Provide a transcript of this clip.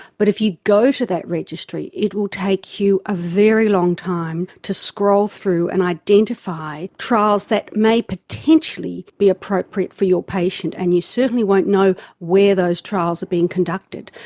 but if you go to that registry it will take you a very long time to scroll through and identify trials that may potentially be appropriate for your patient, and you certainly won't know where those trials are being conducted.